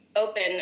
open